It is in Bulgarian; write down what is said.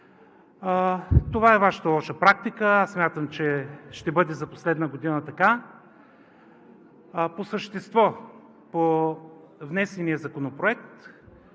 Това е Вашата лоша практика. Смятам, че ще бъде за последна година така. По същество – по внесения Законопроект.